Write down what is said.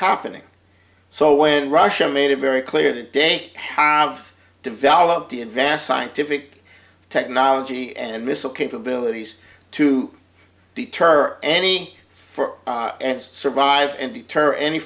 happening so when russia made it very clear that day have developed and vast scientific technology and missile capabilities to deter any for and survive and deter any